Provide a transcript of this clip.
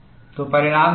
तो परिणाम क्या है